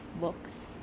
books